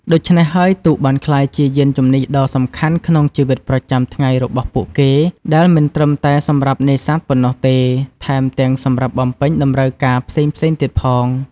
ដូច្នេះហើយទូកបានក្លាយជាយានជំនិះដ៏សំខាន់ក្នុងជីវិតប្រចាំថ្ងៃរបស់ពួកគេ ដែលមិនត្រឹមតែសម្រាប់នេសាទប៉ុណ្ណោះទេ ថែមទាំងសម្រាប់បំពេញតម្រូវការផ្សេងៗទៀតផង។